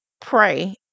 pray